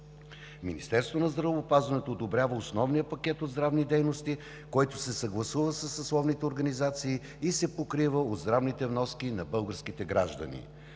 Министерството на здравеопазването одобрява основния пакет от здравни дейности, който се съгласува със съсловните организации и се покрива от здравните вноски на българските граждани.